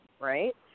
right